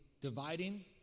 dividing